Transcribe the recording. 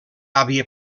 àvia